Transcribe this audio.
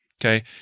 Okay